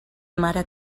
mare